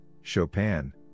Chopin